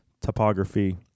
topography